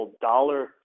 dollar